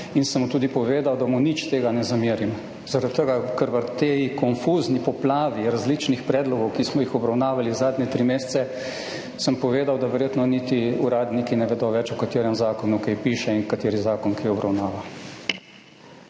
in sem mu tudi povedal, da mu nič tega ne zamerim, zaradi tega, ker v tej konfuzni poplavi različnih predlogov, ki smo jih obravnavali zadnje tri mesece, sem povedal, da verjetno niti uradniki ne vedo več v katerem zakonu kaj piše in kateri zakon kaj obravnava.